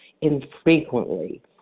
infrequently